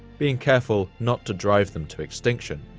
being careful not to drive them to extinction.